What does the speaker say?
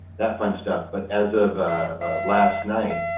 that fun stuff. but as of last night,